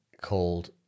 called